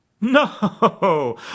No